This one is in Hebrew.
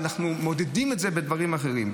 ואנחנו מודדים את זה בדברים אחרים.